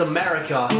America